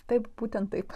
taip būtent taip